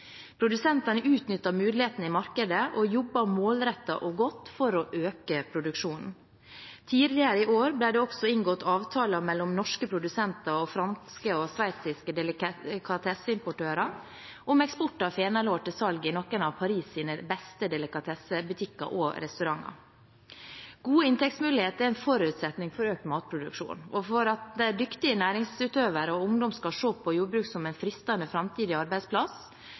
Produsentene har utnyttet mulighetene i markedet og jobbet målrettet og godt for å øke produksjonen. Tidligere i år ble det også inngått avtaler mellom norske produsenter og franske og sveitsiske delikatesseimportører om eksport av fenalår til salg i noen av Paris’ beste delikatessebutikker og restauranter. Gode inntektsmuligheter er en forutsetning for økt matproduksjon og for at dyktige næringsutøvere og ungdom skal se på jordbruk som en fristende framtidig arbeidsplass.